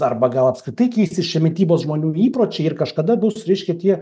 arba gal apskritai keisis šie mitybos žmonių įpročiai ir kažkada bus reiškia tie